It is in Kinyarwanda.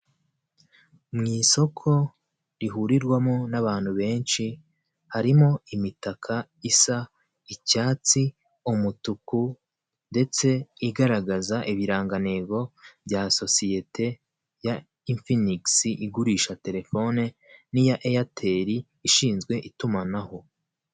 Mu isoko rihurirwamo n'abantu benshi harimo imitaka isa icyatsi, umutuku ndetse igaragaza ibirangantego bya sosiyete ya infinigisi igurisha telefone n'iya eyateri ishinzwe itumanaho.